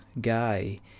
guy